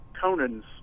Conan's